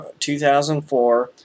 2004